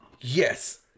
Yes